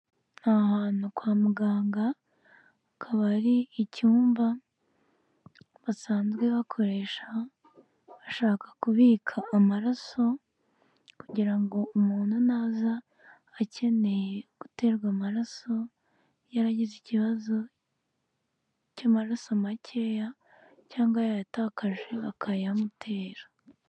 Ahantu kwa muganga akaba ari icyumba basanzwe bakoresha bashaka kubika amaraso kugira ngo umuntu naza akeneye guterwa amaraso, yaragize ikibazo cy'amaraso makeya cyangwa yayatakaje bakayamutera.